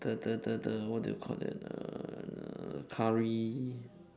the the the the what do you call that uh curry